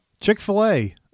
Chick-fil-A